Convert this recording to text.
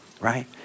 right